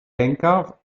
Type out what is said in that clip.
henker